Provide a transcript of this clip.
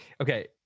Okay